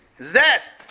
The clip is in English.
Zest